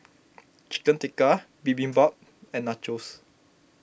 Chicken Tikka Bibimbap and Nachos